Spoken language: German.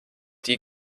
die